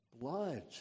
blood